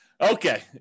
Okay